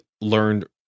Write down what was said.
learned